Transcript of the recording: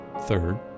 Third